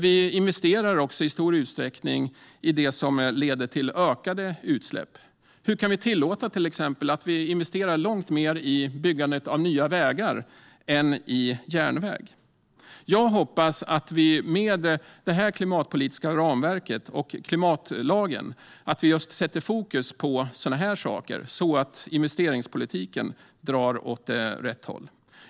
Vi investerar också i stor utsträckning i sådant som leder till ökade utsläpp. Hur kan vi exempelvis tillåta att vi investerar långt mer i byggandet av nya vägar än i järnväg? Jag hoppas att vi med det klimatpolitiska ramverket och klimatlagen sätter fokus på sådana saker så att investeringspolitiken drar åt rätt håll.